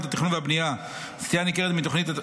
התכנון והבנייה (סטייה ניכרת מתוכנית),